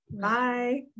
Bye